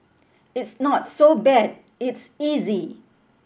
it's not so bad it's easy